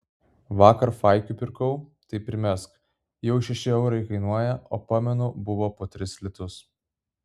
vakar faikių pirkau tai primesk jau šeši eurai kainuoja o pamenu buvo po tris litus